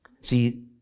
See